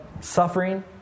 Suffering